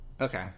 Okay